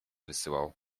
wysyłał